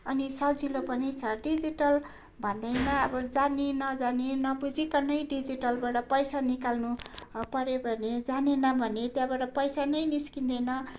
अनि सजिलो पनि छ डिजिटल भन्नेमा अब जानी नजानी नबुझिकनै डिजिटलबाट पैसा निकाल्नु पर्यो भने जानेन भने त्यहाँबाट पैसा नै निस्किँदैन